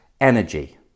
energy